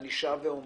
ואני שב ואומר,